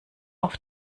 auf